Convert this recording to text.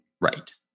Right